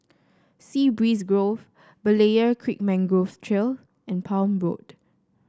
Sea Breeze Grove Berlayer Creek Mangrove Trail and Palm Road